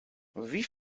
wie